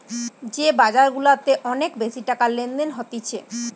যে বাজার গুলাতে অনেক বেশি টাকার লেনদেন হতিছে